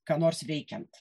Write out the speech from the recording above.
ką nors veikiant